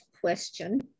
question